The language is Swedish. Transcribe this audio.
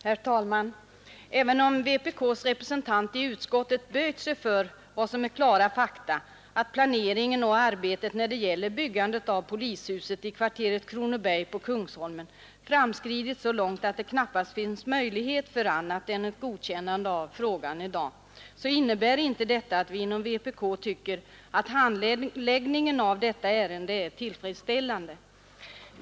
Herr talman! Även om vpk:s representant i utskottet böjt sig för vad som är klara fakta, nämligen att planeringen av och arbetet med byggandet av polishuset i kvarteret Kronoberg på Kungsholmen framskridit så långt att det knappast finns möjlighet för annat än ett godkännande av frågan i dag, innebär inte detta att vi inom vpk tycker att handläggningen av detta ärende är tillfredsställande.